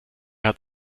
hat